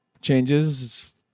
changes